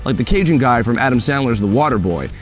like the cajun guy from adam sandler's the waterboy,